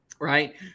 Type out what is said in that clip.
right